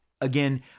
again